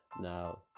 Now